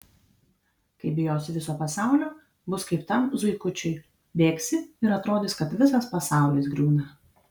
kai bijosi viso pasaulio bus kaip tam zuikučiui bėgsi ir atrodys kad visas pasaulis griūna